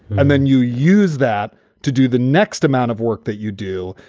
and then you use that to do the next amount of work that you do,